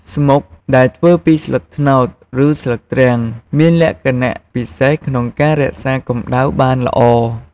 ស្មុកដែលធ្វើពីស្លឹកត្នោត ឬស្លឹកទ្រាំង មានលក្ខណៈពិសេសក្នុងការរក្សាកម្ដៅបានល្អ។